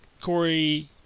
Corey